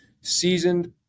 seasoned